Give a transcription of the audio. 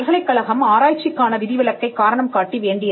பல்கலைக்கழகம் ஆராய்ச்சிக்கான விதிவிலக்கைக் காரணம் காட்டி வேண்டியது